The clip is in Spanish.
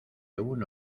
uno